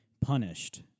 punished